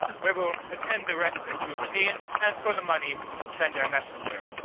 where we'll attend the respite you have ta'en, and for the money send our messenger.